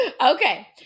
Okay